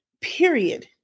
period